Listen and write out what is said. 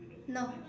no